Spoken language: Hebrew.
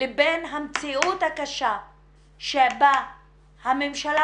לבין המציאות הקשה שבה הממשלה,